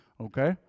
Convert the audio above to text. okay